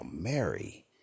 Mary